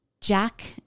Jack